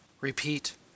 Repeat